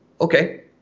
Okay